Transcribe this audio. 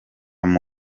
niba